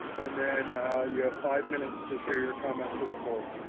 and then you have five minutes to share your comments with the board.